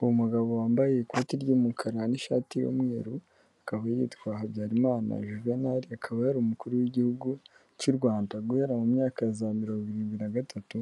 Uwo mugabo wambaye ikoti ry'umukara n'ishati y'umweru akaba yitwa Habyarimana Juvenal, akaba yari umukuru w'igihugu cy'u Rwanda guhera mu myaka ya za mirongo irindwi na gatatu